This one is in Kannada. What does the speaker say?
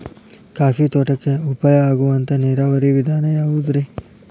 ಕಾಫಿ ತೋಟಕ್ಕ ಉಪಾಯ ಆಗುವಂತ ನೇರಾವರಿ ವಿಧಾನ ಯಾವುದ್ರೇ?